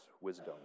wisdom